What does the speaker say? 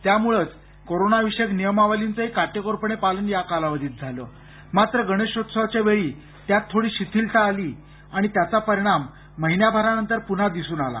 त्यामुळंच कोरोनाविषयक नियमावलीचंही काटेकोरपणे पालन या कालावधीत झालं मात्र गणेशोत्सवाच्या वेळी त्यात थोडी शिथिलता आली आणि त्याचा परिणाम महिन्याभरानंतर पुन्हा दिसून आला